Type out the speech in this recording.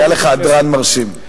היה לך הדרן מרשים.